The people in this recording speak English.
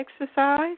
exercise